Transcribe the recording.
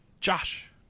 Josh